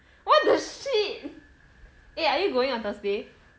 what the shit eh are you going on thursday